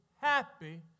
happy